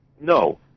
No